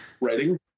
Writing